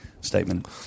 statement